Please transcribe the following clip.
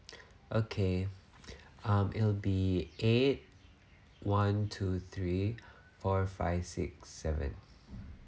okay um it'll be eight one two three four five six seven